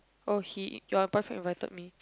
oh he your boyfriend invited me